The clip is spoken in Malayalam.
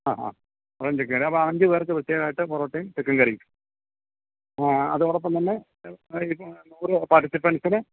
ആ ഹാ അതും ചിക്കനും അപ്പം അഞ്ച് പേർക്ക് പ്രത്യേകമായിട്ട് പൊറോട്ടേം ചിക്കൻ കറീം ആ അതോടൊപ്പം തന്നെ നൂറ് പാർട്ടിസിപ്പെൻസിന്